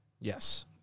Yes